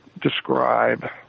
describe